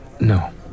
No